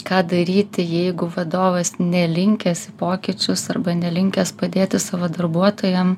ką daryti jeigu vadovas nelinkęs į pokyčius arba nelinkęs padėti savo darbuotojam